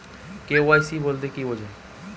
KYC বলতে কি বোঝায়?